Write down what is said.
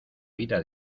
vida